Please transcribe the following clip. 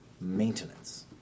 maintenance